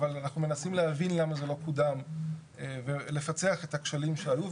אבל אנחנו מנסים להבין למה זה לא קודם ולפצח את הכשלים שהיו.